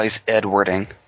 Edwarding